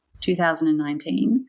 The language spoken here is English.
2019